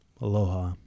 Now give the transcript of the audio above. Aloha